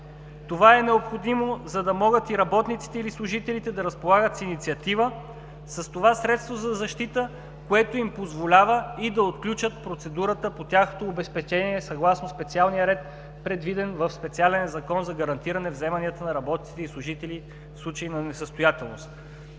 Това е необходимо, за да могат работниците или служителите да разполагат с инициатива, с това средство за защита, което им позволява да отключат процедурата по тяхното обезпечение съгласно специалния ред, предвиден в специален закон за гарантиране вземанията на работниците и служителите в случай на несъстоятелност.